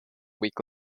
week